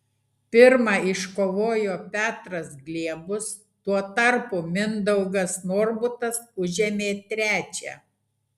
pirmą iškovojo petras gliebus tuo tarpu mindaugas norbutas užėmė trečią